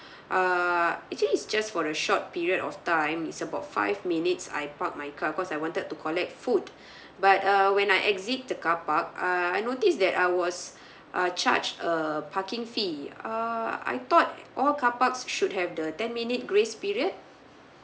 err actually it's just for a short period of time it's about five minutes I parked my car cause I wanted to collect food but uh when I exit the car park uh I notice that I was uh charged a parking fee err I thought all car parks should have the ten minute grace period